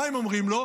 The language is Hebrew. מה הם אומרים לו?